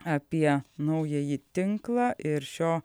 apie naująjį tinklą ir šio